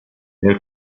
nel